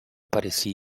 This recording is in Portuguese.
parecia